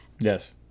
Yes